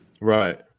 Right